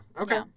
Okay